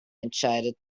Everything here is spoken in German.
entscheidet